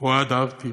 אוהד ארקין,